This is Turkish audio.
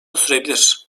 sürebilir